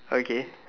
okay